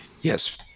Yes